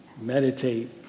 meditate